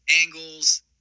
angles